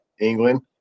England